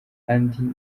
andi